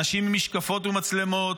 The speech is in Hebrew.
אנשים עם משקפות ומצלמות.